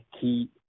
key